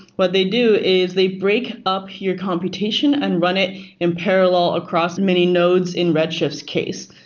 what they do is they break up your computation and run it in parallel across many nodes in redshift's case.